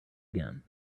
again